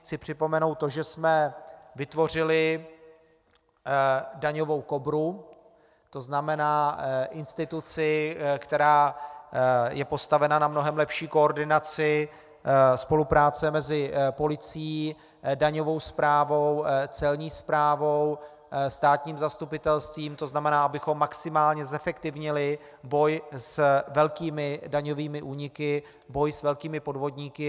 Chci připomenout to, že jsme vytvořili daňovou Kobru, tzn. instituci, která je postavena na mnohem lepší koordinaci spolupráce mezi policií, daňovou správou, celní správou, státním zastupitelstvím, tzn. abychom maximálně zefektivnili boj s velkými daňovými úniky, boj s velkými podvodníky.